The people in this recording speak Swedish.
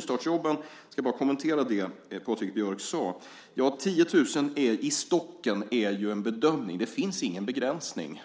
Sedan ska jag bara kommentera det Patrik Björck sade om nystartsjobben. Ja, 10 000 i stocken är en bedömning. Det finns ingen begränsning